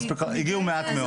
הגיעו מעט מאוד.